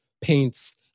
paints